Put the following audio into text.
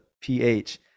PH